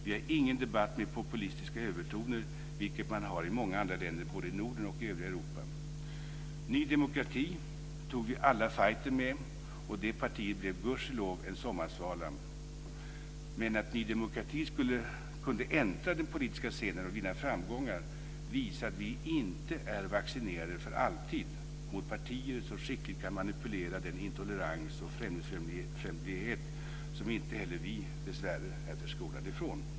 Vi har ingen debatt med populistiska övertoner, något som man har i många andra länder både i Norden och övriga Europa. Ny demokrati tog vi alla fighten med, och det partiet blev gudskelov en sommarsvala. Men att Ny demokrati kunde äntra den politiska scenen och vinna framgångar visar att vi inte är vaccinerade för alltid mot partier som skickligt kan manipulera den intolerans och främlingsfientlighet som dessvärre inte heller vi är förskonade från.